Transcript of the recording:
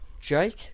Jake